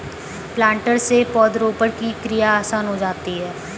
planter से पौधरोपण की क्रिया आसान हो जाती है